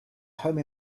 home